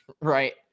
Right